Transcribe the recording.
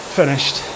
finished